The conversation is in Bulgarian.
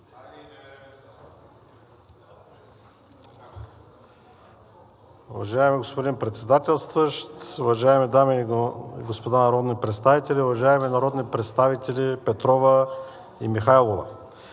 Уважаеми господин Председателстващ, уважаеми дами и господа народни представители! Уважаеми народни представители Петрова и Михайлова,